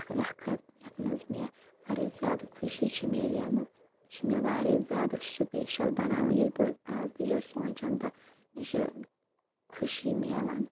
اَکھ وَقت یَتھ مَنٛز مےٚ واریاہ زیادٕ خۄشی چھےٚ میٚلے مٕژ یہِ چھِ مےٚ واریاہ زیادٕ سٕپیشَل بَناوان ییٚلہِ بہٕ اَز تہِ چھس سونچان تہٕ مےٚ چھِ خۄشی میلان